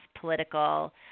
political